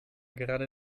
gerade